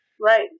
Right